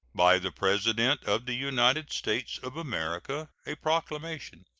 by the president of the united states of america. a proclamation.